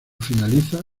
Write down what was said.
finalizada